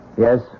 Yes